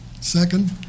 Second